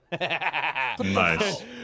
Nice